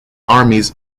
armies